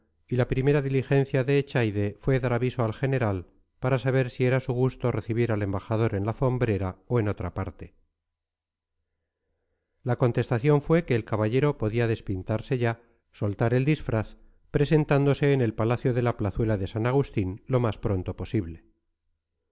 y la primera diligencia de echaide fue dar aviso al general para saber si era su gusto recibir al embajador en la fombera o en otra parte la contestación fue que el caballero podía despintarse ya soltar el disfraz presentándose en el palacio de la plazuela de san agustín lo más pronto posible